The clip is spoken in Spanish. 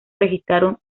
registrados